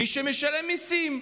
מי שמשלם מיסים.